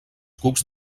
cucs